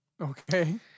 Okay